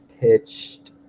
pitched